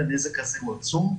הוא עצום.